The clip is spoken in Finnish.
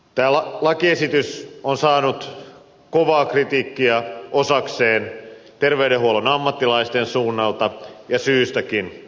tämä lakiesitys on saanut kovaa kritiikkiä osakseen terveydenhuollon ammattilaisten suunnalta ja syystäkin